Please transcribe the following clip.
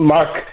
Mark